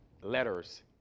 Letters